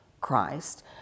Christ